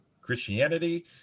Christianity